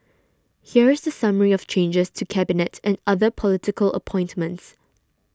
here is the summary of changes to Cabinet and other political appointments